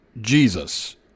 Jesus